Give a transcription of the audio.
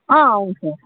అవును సార్